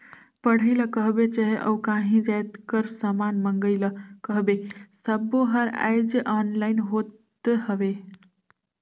पढ़ई ल कहबे चहे अउ काहीं जाएत कर समान मंगई ल कहबे सब्बों हर आएज ऑनलाईन होत हवें